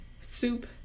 soup